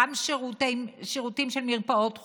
גם שירותים של מרפאות חוץ,